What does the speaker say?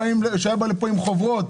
שהיה בא לפה עם חוברות